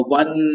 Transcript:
one